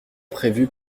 prévu